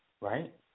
right